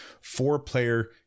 four-player